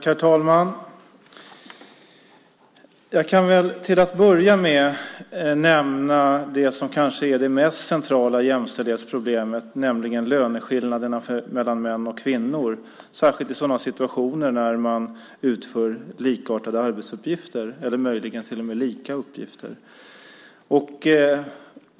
Herr talman! Jag kan till att börja med nämna det som kanske är det mest centrala jämställdhetsproblemet, nämligen löneskillnaderna mellan män och kvinnor. Det gäller särskilt i sådana situationer där man utför likartade eller möjligen till och med lika arbetsuppgifter.